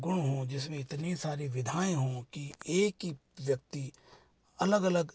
गुण हों जिसमें इतने सारे विधाएँ हों कि एक ही व्यक्ति अलग अलग